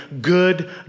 good